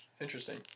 interesting